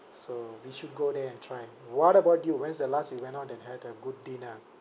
so we should go there and try what about you when's the last you went on and had a good dinner